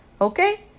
Okay